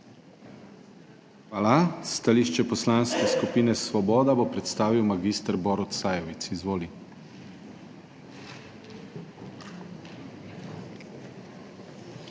Hvala. Stališče Poslanske skupine Svoboda bo predstavil mag. Borut Sajovic. Izvoli.